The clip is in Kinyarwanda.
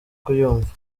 kuyumva